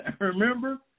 Remember